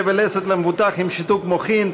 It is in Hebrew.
פה ולסת למבוטח עם שיתוק מוחין),